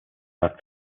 not